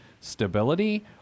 stability